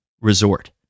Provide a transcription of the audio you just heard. resort